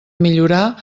millorar